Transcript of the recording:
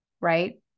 right